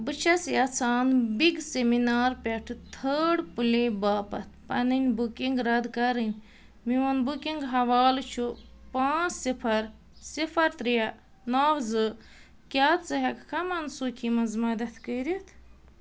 بہٕ چھَس یَژھان بِگ سیٚمِنار پٮ۪ٹھ تھٲڈ پٕلے باپتھ پنٕنۍ بُکِنٛگ رَد کرٕنۍ میون بُکِنٛگ حوالہٕ چھُ پانٛژھ صِفر صِفر ترٚےٚ نَو زٕ کیٛاہ ژٕ ہٮ۪کہٕ کھا منسوٗخی منٛز مدتھ کٔرِتھ